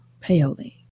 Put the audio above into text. Paoli